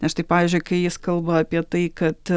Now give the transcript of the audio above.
nes štai pavyzdžiui kai jis kalba apie tai kad